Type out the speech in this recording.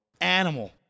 Animal